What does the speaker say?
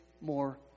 more